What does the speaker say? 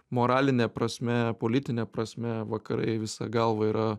moraline prasme politine prasme vakarai visa galva yra